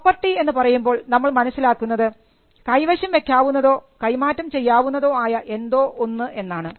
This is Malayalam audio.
പ്രോപ്പർട്ടി എന്നു പറയുമ്പോൾ നമ്മൾ മനസ്സിലാക്കുന്നത് കൈവശം വെക്കാവുന്നതോ കൈമാറ്റം ചെയ്യാവുന്നതോ ആയ എന്തോ ഒന്ന് എന്നാണ്